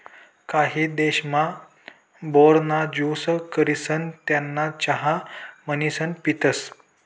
काही देशमा, बोर ना ज्यूस करिसन त्याना चहा म्हणीसन पितसं